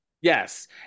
Yes